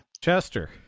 Chester